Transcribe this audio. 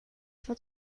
for